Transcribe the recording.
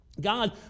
God